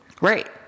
right